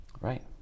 right